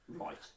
Right